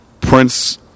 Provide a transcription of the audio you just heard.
prince